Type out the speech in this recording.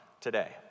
today